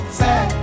sad